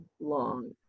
long